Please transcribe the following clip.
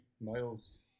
miles